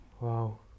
wow